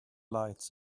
lights